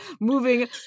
moving